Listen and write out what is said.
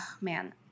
Man